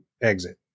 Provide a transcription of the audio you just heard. exit